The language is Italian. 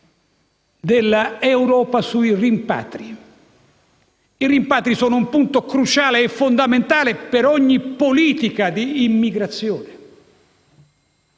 dell'Europa sui rimpatri. I rimpatri sono un punto cruciale e fondamentale per ogni politica di immigrazione.